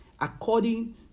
According